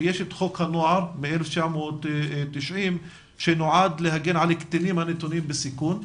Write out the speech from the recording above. יש את חוק הנוער מ-1960 שנועד להגן על קטינים הנתונים בסיכון,